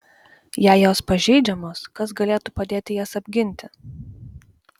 jei jos pažeidžiamos kas galėtų padėti jas apginti